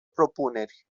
propuneri